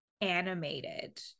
animated